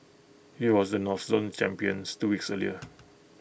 he was the north zone champions two weeks earlier